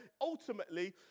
ultimately